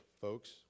folks